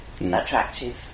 attractive